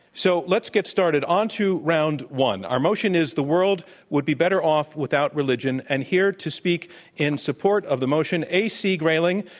so let's get started. onto round one. our motion is, the world would be better off without religion. and here to speak in support of the motion, a. c. grayling,